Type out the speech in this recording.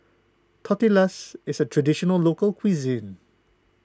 Tortillas is a Traditional Local Cuisine